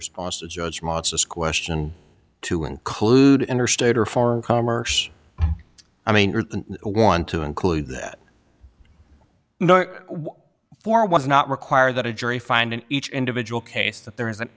response to judgments this question to include interstate or foreign commerce i mean want to include that for was not require that a jury find in each individual case that there is an